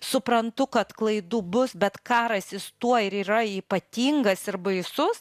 suprantu kad klaidų bus bet karas jis tuo ir yra ypatingas ir baisus